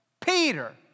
Peter